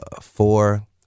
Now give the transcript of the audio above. four